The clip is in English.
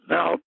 Now